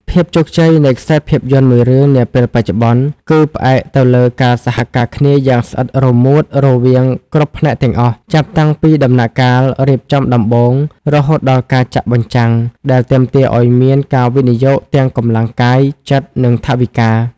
ភាពជោគជ័យនៃខ្សែភាពយន្តមួយរឿងនាពេលបច្ចុប្បន្ន គឺផ្អែកទៅលើការសហការគ្នាយ៉ាងស្អិតរមួតរវាងគ្រប់ផ្នែកទាំងអស់ ចាប់តាំងពីដំណាក់កាលរៀបចំដំបូង រហូតដល់ការចាក់បញ្ចាំង ដែលទាមទារឱ្យមានការវិនិយោគទាំងកម្លាំងកាយ ចិត្ត និងថវិកា។